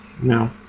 No